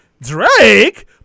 Drake